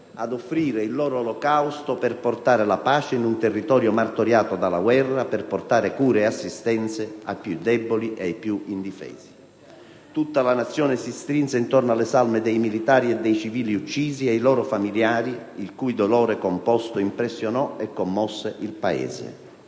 a offrire il loro olocausto per portare la pace in un territorio martoriato dalla guerra e cure e assistenze ai più deboli e indifesi. Tutta la Nazione si strinse attorno alle salme dei militari e dei civili uccisi e ai loro familiari, il cui dolore composto impressionò e commosse il Paese.